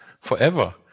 forever